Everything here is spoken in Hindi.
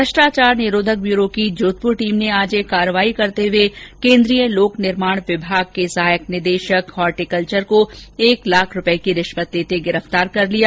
भ्रष्टाचार निरोधक ब्यूरो की जोधपुर टीम ने आज एक कार्यवाही करते हुए केन्द्रीय लोक निर्माण विभाग के सहायक निदेशक होर्टिकल्चर को एक लाख रूपए की रिश्वत लेते गिरफ़तार कर लिया